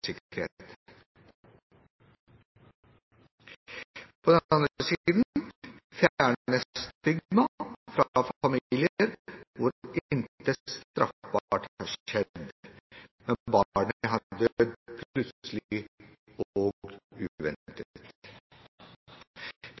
den andre siden fjernes stigma fra familier hvor intet straffbart har skjedd, men barnet har dødd plutselig